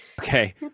Okay